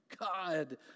God